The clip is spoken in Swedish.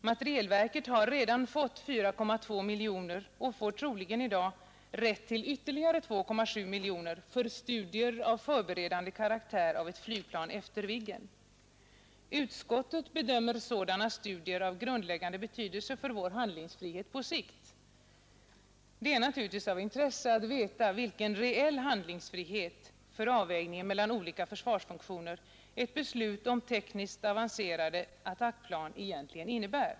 Materielverket har redan fått 4,2 miljoner kronor och får troligen i dag rätt till ytterligare 2,7 miljoner för studier av förberedande karaktär av ett flygplan efter Viggen. Utskottet bedömer sådana studier vara av grundläggande betydelse för vår handlingsfrihet på sikt. Det är 153 naturligtvis av intresse att veta vilken reell handlingsfrihet för avvägningen mellan olika försvarsfunktioner ett beslut om tekniskt avancerade attackplan egentligen innebär.